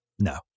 no